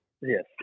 Yes